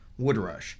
Woodrush